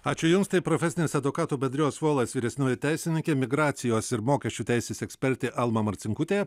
ačiū jums tai profesinės advokatų bendrijos volas vyresnioji teisininkė migracijos ir mokesčių teisės ekspertė alma marcinkutė